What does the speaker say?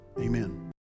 amen